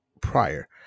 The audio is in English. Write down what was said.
prior